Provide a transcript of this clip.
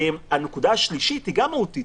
הנקודה השלישית היא גם מהותית: